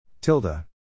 Tilda